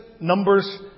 Numbers